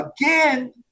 again